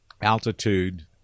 altitude